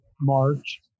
March